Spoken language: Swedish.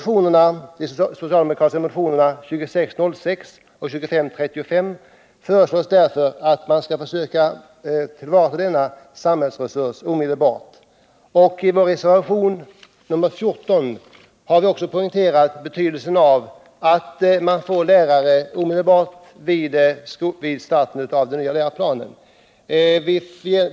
I de socialdemokratiska motionerna 2606 och 2535 föreslås mot denna bakgrund att man skall försöka tillvarata den här samhällsresursen omedelbart, och i vår reservation nr 14 har vi också poängterat betydelsen av att man får lärare omedelbart vid starten enligt den nya läroplanen.